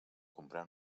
comprèn